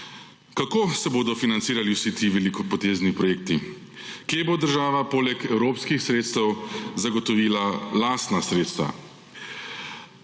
Kako se bodo financirali vsi ti velikopotezni projekti? Kje bo država poleg evropskih sredstev zagotovila lastna sredstva?